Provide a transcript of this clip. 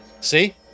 See